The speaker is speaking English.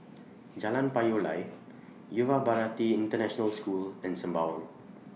Jalan Payoh Lai Yuva Bharati International School and Sembawang